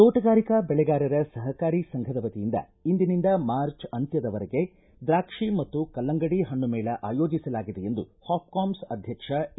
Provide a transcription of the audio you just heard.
ತೋಟಗಾರಿಕಾ ಬೆಳೆಗಾರರ ಸಹಕಾರಿ ಸಂಘದ ವತಿಯಿಂದ ಇಂದಿನಿಂದ ಮಾರ್ಚ್ ಅಂತ್ಯದ ವರೆಗೆ ದ್ರಾಕ್ಷಿ ಮತ್ತು ಕಲ್ಲಂಗಡಿ ಹಣ್ಣು ಮೇಳ ಆಯೋಜಿಸಲಾಗಿದೆ ಎಂದು ಹಾಪ್ಕಾಮ್ಲ್ ಅಧ್ಯಕ್ಷ ಎ